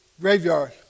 graveyard